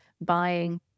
buying